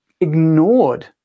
ignored